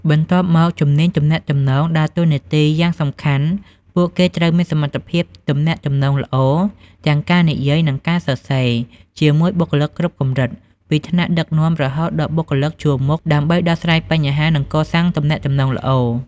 បន្ទាប់មក ជំនាញទំនាក់ទំនង ដើរតួនាទីយ៉ាងសំខាន់ ពួកគេត្រូវមានសមត្ថភាពទំនាក់ទំនងល្អ ទាំងការនិយាយ និងការសរសេរ ជាមួយបុគ្គលិកគ្រប់កម្រិត ពីថ្នាក់ដឹកនាំរហូតដល់បុគ្គលិកជួរមុខ ដើម្បីដោះស្រាយបញ្ហា និងកសាងទំនាក់ទំនងល្អ។